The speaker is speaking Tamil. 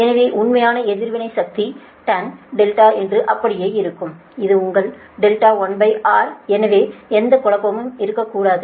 எனவே உண்மையான எதிர்வினை சக்தி tan என்று அப்படியே இருக்கும் இது உங்கள் R1 எனவே எந்த குழப்பமும் இருக்கக்கூடாது